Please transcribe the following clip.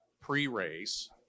pre-race